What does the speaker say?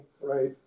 right